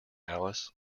alice